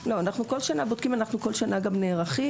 בכל שנה אנחנו בודקים, בכל שנה אנחנו גם נערכים.